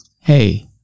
Hey